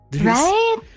Right